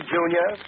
Junior